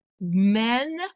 men